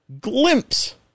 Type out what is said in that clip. glimpse